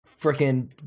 freaking